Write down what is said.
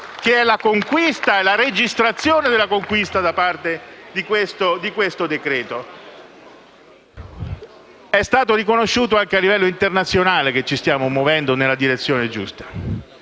che rappresenta la registrazione della conquista da parte di questo decreto-legge. È stato riconosciuto anche a livello internazionale che ci stiamo muovendo nella direzione giusta.